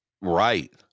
Right